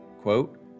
quote